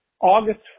August